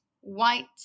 white